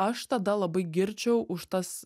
aš tada labai girčiau už tas